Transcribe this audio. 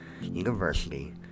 university